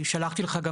שלחתי לך גם,